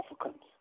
Africans